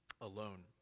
alone